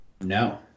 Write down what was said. No